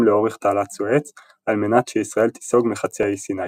לאורך תעלת סואץ על מנת שישראל תיסוג מחצי האי סיני.